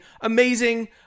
Amazing